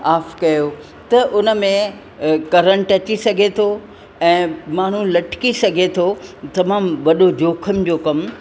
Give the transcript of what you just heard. of कयो त उन में करंट अची सघे थो ऐं माण्हू लटिकी सघे थो तमामु वॾो जोखम जो कमु